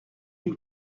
lui